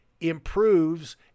improves